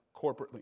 corporately